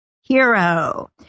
hero